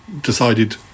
Decided